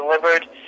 delivered